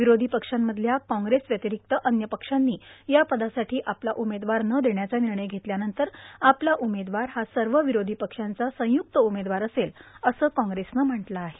विरोधी पक्षांमधल्या काँग्रेसव्यतिरिक्त अन्य पक्षांनी या पदासाठी आपला उमेदवार न देण्याचा निर्णय घेतल्यानंतर आपला उमेदवार हा सर्व विरोधी पक्षांचा संयुक्त उमेदवार असेल असं काँग्रेसनं म्हटलं आहे